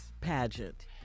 pageant